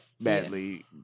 badly